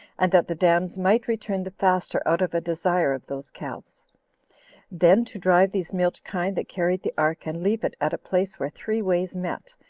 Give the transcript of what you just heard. and that the dams might return the faster out of a desire of those calves then to drive these milch kine that carried the ark, and leave it at a place where three ways met,